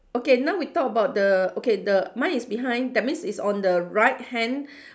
okay now we talk about the okay the mine is behind that means is on the right hand